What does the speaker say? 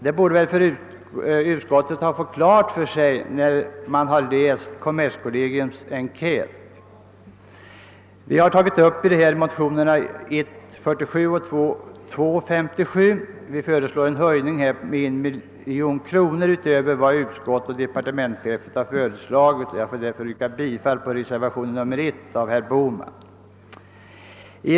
Det borde utskottet ha fått klart för sig när man läst kommerskollegiums enkät. Vi föreslår i motionerna I:47 och 11:57 en anslagsökning med 1 miljon kronor utöver vad departementschefen föreslagit och utskottet tillstyrkt, och jag ber därför att få yrka bifall till reservationen 1 av herr Bohman m.fl.